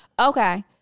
Okay